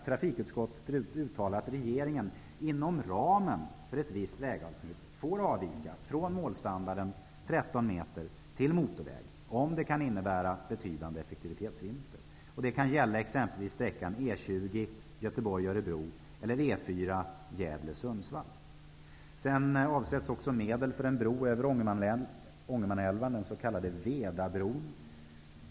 Trafikutskottet uttalar också att regeringen inom ramen för ett visst vägavsnitt får avvika från målstandarden 13 meter till motorvägsstandard om det kan innebära betydande effektivitetsvinster. Det kan exempelvis gälla E 20 mellan Göteborg och Örebro eller E 4 mellan Gävle och Sundsvall. Det avsätts också medel för en bro över Ångermanälven -- den s.k. Vedabron.